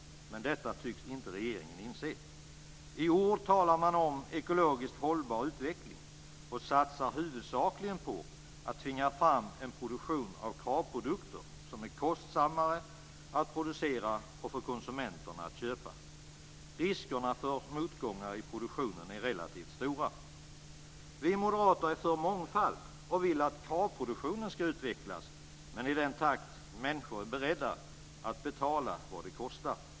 Men detta tycks inte regeringen inse. I ord talar man om ekologiskt hållbar utveckling och satsar huvudsakligen på att tvinga fram en produktion av Kravprodukter som är kostsammare att producera och dyrare för konsumenterna att köpa. Riskerna för motgångar i produktionen är relativt stora. Vi moderater är för mångfald och vill att Kravproduktionen ska utvecklas, men i den takt människor är beredda att betala vad det kostar.